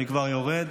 אני כבר יורד.